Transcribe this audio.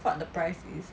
what the price is